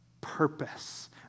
Purpose